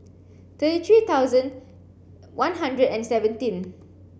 thirty three thousand one hundred and seventeen